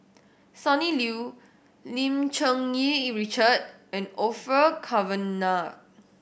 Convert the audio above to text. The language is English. Sonny Liew Lim Cherng Yih Richard and Orfeur Cavenagh